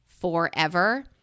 forever